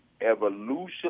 evolution